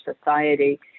society